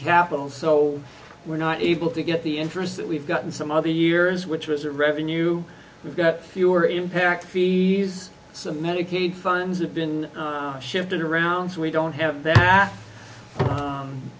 capital so we're not able to get the interest that we've gotten some of the years which was that revenue we've got fewer impact fees so the medicaid funds have been shipped it around so we don't have that